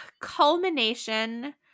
culmination